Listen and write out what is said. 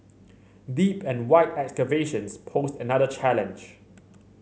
deep and wide excavations posed another challenge